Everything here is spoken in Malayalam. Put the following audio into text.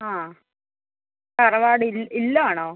ആ തറവാട് ഇൽ ഇല്ലം ആണോ